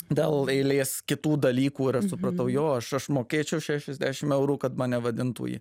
dėl eilės kitų dalykų ir aš supratau jo aš aš mokėčiau šešiasdešim eurų kad mane vadintų ji